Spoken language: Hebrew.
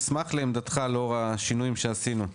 אשמח לעמדתך לאור השינויים שעשינו.